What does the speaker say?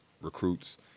Recruits